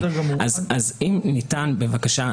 אם ניתן בבקשה,